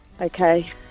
Okay